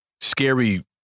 scary